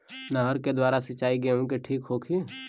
नहर के द्वारा सिंचाई गेहूँ के ठीक होखि?